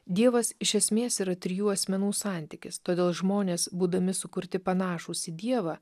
dievas iš esmės yra trijų asmenų santykis todėl žmonės būdami sukurti panašūs į dievą